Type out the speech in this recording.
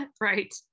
right